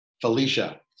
Felicia